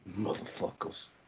motherfuckers